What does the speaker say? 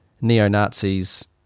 neo-Nazis